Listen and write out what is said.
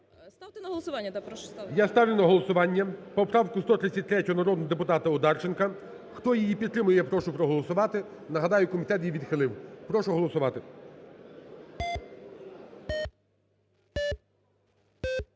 Ставте на голосування, прошу, ставте. ГОЛОВУЮЧИЙ. Я ставлю на голосування поправку 133 народного депутата Одарченка. Хто її підтримує, прошу проголосувати. Нагадаю комітет її відхилив. Прошу голосувати.